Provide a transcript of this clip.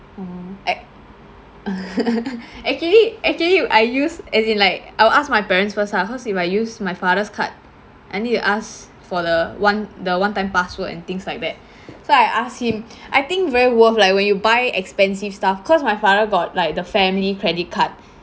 oh act~ actually actually I use as in like I'll ask my parents first ah cause if I use my father's card I need to ask for the one the onetime password and things like that so I asked him I think very worth leh when you buy expensive stuff cause my father got like the family credit card